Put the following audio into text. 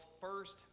first